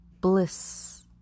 Bliss